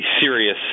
serious